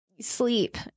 Sleep